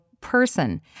person